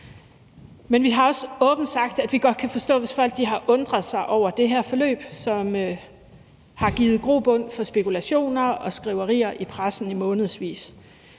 Men vi har også åbent sagt, at vi godt kan forstå det, hvis folk har undret sig over det her forløb, som har givet grobund for spekulationer og skriverier i pressen i månedsvis.